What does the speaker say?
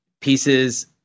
pieces